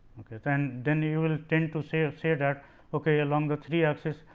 ok then then you will tend to say say that ok along the three axis,